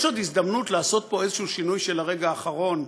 יש עוד הזדמנות לעשות פה איזשהו שינוי של הרגע האחרון,